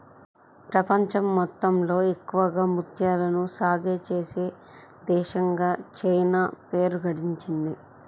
ప్రపంచం మొత్తంలో ఎక్కువగా ముత్యాలను సాగే చేసే దేశంగా చైనా పేరు గడించింది